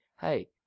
hey